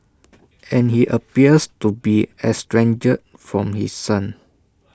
and he appears to be estranged from his son